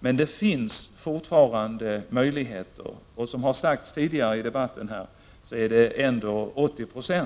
Men det finns fortfarande möjligheter. Som har sagts tidigare i debatten är det ändå 80 70